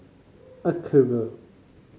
acuvue